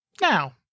now